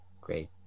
great